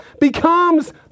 becomes